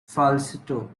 falsetto